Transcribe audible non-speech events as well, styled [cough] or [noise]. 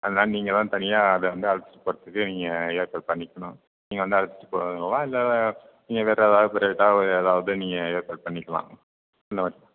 அதனால் நீங்கள் தான் தனியாக அதை வந்து அழைச்சிட்டு போகிறதுக்கு நீங்கள் ஏற்பாடு பண்ணிக்கணும் நீங்கள் வந்து அழைச்சிட்டு போகிறீங்களா இல்லை நீங்கள் வேறு ஏதாவது பிரைவேட்டாக ஏதாவது நீங்கள் ஏற்பாடு பண்ணிக்கலாம் [unintelligible]